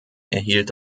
erhielt